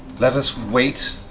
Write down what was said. let us wait